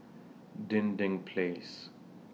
Dinding Place